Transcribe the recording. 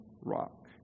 rock